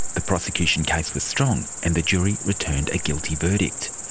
the prosecution case was strong and the jury returned a guilty verdict.